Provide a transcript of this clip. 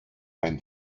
ein